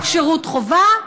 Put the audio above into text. חוק שירות חובה,